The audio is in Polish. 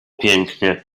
pięknie